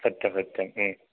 सत्यं सत्यं